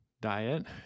diet